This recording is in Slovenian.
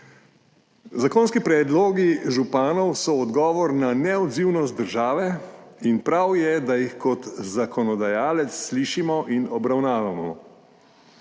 Zakonski predlogi županov so odgovor na neodzivnost države in prav je, da jih kot zakonodajalec slišimo in obravnavamo.